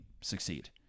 succeed